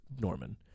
Norman